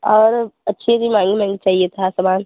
और अच्छी सी महँगी महँगी चाहिए था सामान